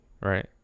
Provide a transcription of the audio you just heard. Right